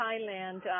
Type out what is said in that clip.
Thailand